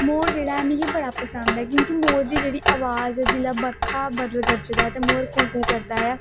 मोर जेहड़ा ऐ मिगी बड़ा पसंद ऐ क्योंकि मोर दी जेहड़ी अवाज ऐ जिसलै बर्खा बदल गरजदा ऐ ते मोर कों कों करदा ऐ